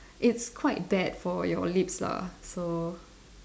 it's quite bad for your lips lah so